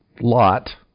lot